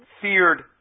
feared